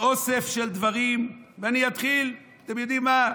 באוסף של דברים, ואני אתחיל, אתם יודעים מה?